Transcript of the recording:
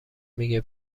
میگه